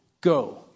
go